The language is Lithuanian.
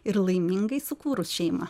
ir laimingai sukūrus šeimą